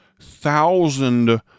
thousand